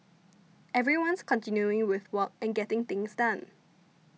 everyone's continuing with work and getting things done